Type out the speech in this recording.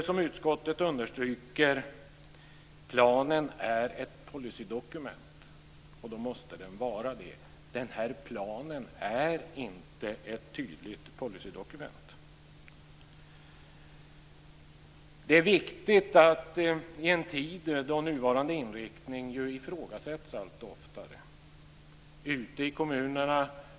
Som utskottet understryker är planen ett policydokument, och då måste den vara det. Den här planen är inte ett tydligt policydokument. Det är viktigt i en tid då nuvarande inriktning ju ifrågasätts allt oftare ute i kommunerna.